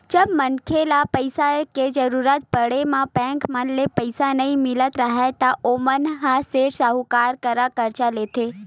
जब मनखे ल पइसा के जरुरत पड़े म बेंक मन ले पइसा नइ मिलत राहय ता ओमन ह सेठ, साहूकार करा करजा लेथे